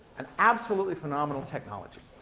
an absolutely phenomenal technology.